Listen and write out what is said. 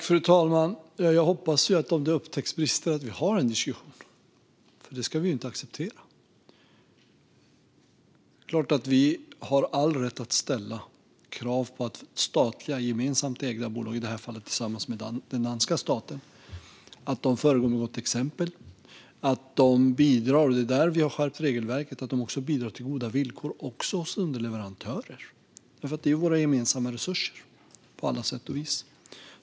Fru talman! Om det upptäcks brister hoppas jag att vi har en diskussion, för det ska vi inte acceptera. Vi har all rätt att ställa krav på att statliga, gemensamt ägda bolag - i det här fallet tillsammans med den danska staten - föregår med gott exempel. De måste bidra - och där har vi skärpt regelverket - till goda villkor, också hos underleverantörer. Det är ju våra gemensamma resurser på alla sätt och vis.